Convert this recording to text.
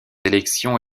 élections